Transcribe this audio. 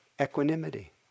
equanimity